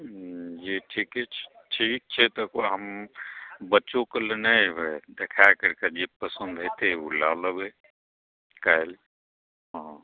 जी ठीके छै ठीक छै तऽ हम बच्चोके लेनाइ यऽ देखा कऽ ओकरा जे पसन्द हेतै ओ लऽ लेबै काल्हि हँ